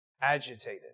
agitated